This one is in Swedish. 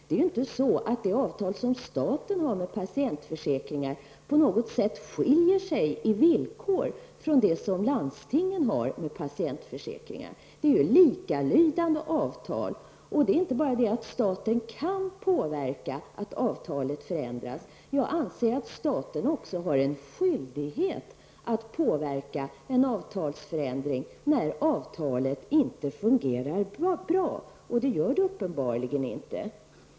Det avtal som staten har med patientförsäkringar skiljer sig inte på något sätt vad beträffar villkoren från dem som landstingen har med patientförsäkringar. Det är likalydande avtal. Det är inte bara det att staten kan påverka att avtalet förändras. Jag anser att staten har en skyldighet att påyrka en avtalsförändring när avtalet inte fungerar bra, det gör det uppenbarligen inte.